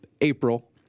April